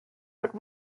but